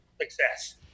success